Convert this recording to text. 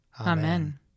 Amen